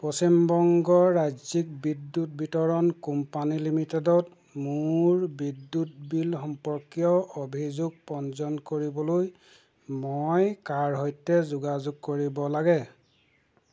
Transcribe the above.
পশ্চিম বংগ ৰাজ্যিক বিদ্যুৎ বিতৰণ কোম্পানী লিমিটেডত মোৰ বিদ্যুৎ বিল সম্পৰ্কীয় অভিযোগ পঞ্জীয়ন কৰিবলৈ মই কাৰ সৈতে যোগাযোগ কৰিব লাগে